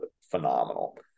phenomenal